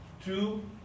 two